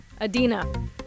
Adina